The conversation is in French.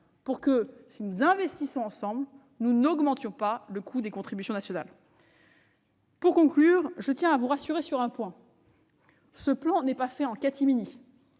nous permettront d'investir ensemble sans augmenter le coût des contributions nationales. Pour conclure, je tiens à vous rassurer sur un point. Ce plan n'est pas fait en catimini.